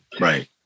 Right